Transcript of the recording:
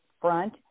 front